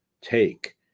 take